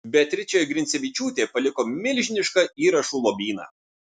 beatričė grincevičiūtė paliko milžinišką įrašų lobyną